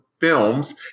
films